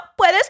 puedes